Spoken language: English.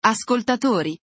Ascoltatori